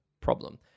problem